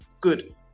Good